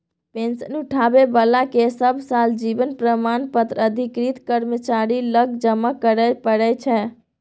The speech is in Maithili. पेंशन उठाबै बलाकेँ सब साल जीबन प्रमाण पत्र अधिकृत कर्मचारी लग जमा करय परय छै